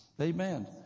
Amen